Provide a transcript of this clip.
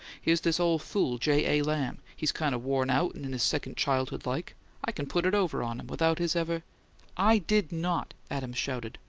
here's this ole fool j. a. lamb he's kind of worn out and in his second childhood like i can put it over on him, without his ever i did not! adams shouted.